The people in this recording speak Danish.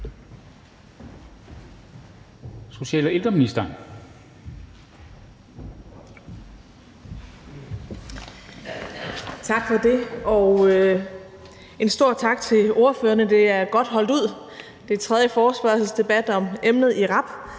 Social- og ældreministeren (Astrid Krag): Tak for det, og en stor tak til ordførerne. Det er godt holdt ud. Det er tredje forespørgselsdebat om emnet i rap,